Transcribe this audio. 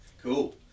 Cool